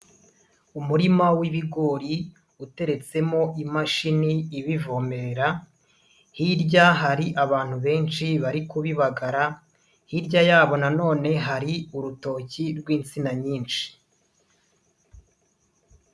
Umurima w'ibigori uteretsemo imashini ibivomera, hirya hari abantu benshi bari kubibagara, hirya yabo nanone hari urutoki rw'insina nyinshi.